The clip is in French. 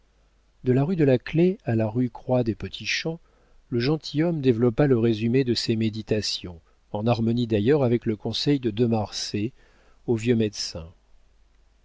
de la rue de la clef à la rue croix des petits champs le gentilhomme développa le résumé de ses méditations en harmonie d'ailleurs avec le conseil de de marsay au vieux médecin